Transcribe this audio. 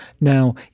Now